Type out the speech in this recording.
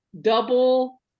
Double